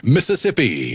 Mississippi